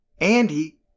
Andy